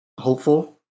hopeful